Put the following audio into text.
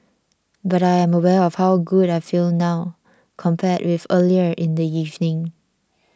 but I am aware of how good I feel now compared with earlier in the evening